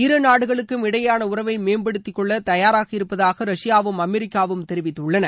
இரு நாடுகளுக்கும் இடையேயான உறவை மேம்படுத்திக்கொள்ள தயாராக இருப்பதாக ரஷ்யாவும் அமெரிக்காவும் தெரிவித்துள்ளன